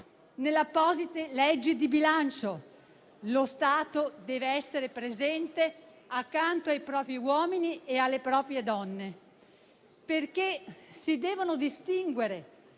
nell'apposita legge di bilancio. Lo Stato deve essere presente accanto ai propri uomini e alle proprie donne, perché si devono distinguere